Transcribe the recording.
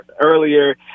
earlier